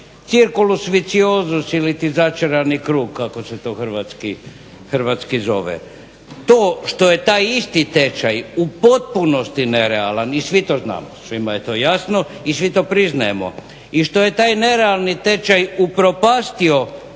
circulus vitiozus iliti začarani krug kako se to hrvatski zove. To što je taj isti tečaj u potpunosti nerealan i svi to znamo, svima je to jasno i svi to priznajemo i što je taj nerealni tečaj upropastio